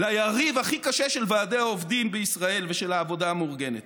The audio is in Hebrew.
ליריב הכי קשה של ועדי העובדים בישראל ושל העבודה המאורגנת.